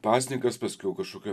pasninkas paskiau kažkokia